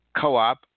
co-op